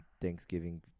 thanksgiving